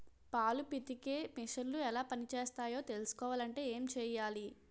పాలు పితికే మిసన్లు ఎలా పనిచేస్తాయో తెలుసుకోవాలంటే ఏం చెయ్యాలి?